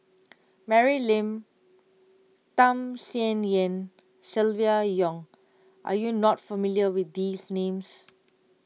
Mary Lim Tham Sien Yen Silvia Yong are you not familiar with these names